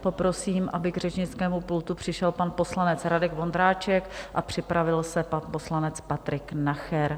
Poprosím, aby k řečnickému pultu přišel pan poslanec Radek Vondráček a připravil se pan poslanec Patrik Nacher.